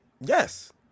Yes